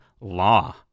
Law